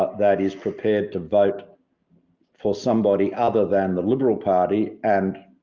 that is prepared to vote for somebody other than the liberal party and